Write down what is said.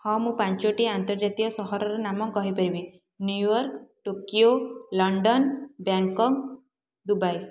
ହଁ ମୁଁ ପାଞ୍ଚଟି ଆନ୍ତର୍ଜାତୀୟ ସହରର ନାମ କହିପାରିବି New York Tokyo London Bangkok Dubai